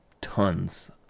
tons